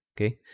okay